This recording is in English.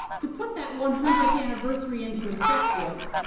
to put that one hundredth anniversary in perspective,